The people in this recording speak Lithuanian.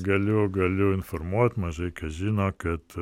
galiu galiu informuot mažai kas žino kad